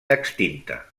extinta